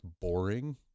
boring